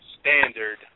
standard